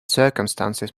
circumstances